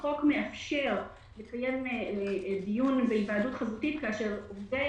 החוק מאפשר לקיים דיון בהיוועדות חזותית כאשר עובדי